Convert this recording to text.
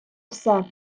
все